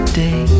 day